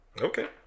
Okay